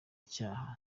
icyaba